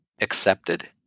accepted